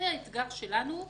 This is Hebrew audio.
האתגר שלנו הוא